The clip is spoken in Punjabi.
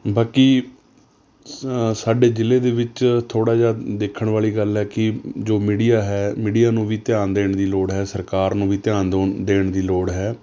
ਬਾਕੀ ਸਾਡੇ ਜ਼ਿਲ੍ਹੇ ਦੇ ਵਿੱਚ ਥੋੜ੍ਹਾ ਜਿਹਾ ਦੇਖਣ ਵਾਲੀ ਗੱਲ ਹੈ ਕਿ ਜੋ ਮੀਡੀਆ ਹੈ ਮੀਡੀਆ ਨੂੰ ਵੀ ਧਿਆਨ ਦੇਣ ਦੀ ਲੋੜ ਹੈ ਸਰਕਾਰ ਨੂੰ ਵੀ ਧਿਆਨ ਦੋਣ ਦੇਣ ਦੀ ਲੋੜ ਹੈ